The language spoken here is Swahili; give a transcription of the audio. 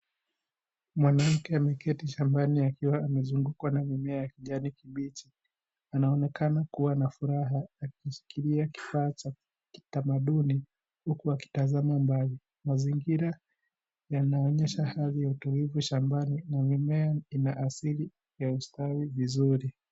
Mwanamke ameketi shambani akiwa amezungukwa na mimea ya kijani kibichi, anaonekana kuwa na furaha na ameshikilia kifaa cha kitamaduni, huku akitazama mbali, mazingira yanaonyesha hali ya utulivu shambani, na mimea ina asili ya ustawi vizuri.